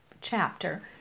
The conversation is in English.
chapter